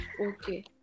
Okay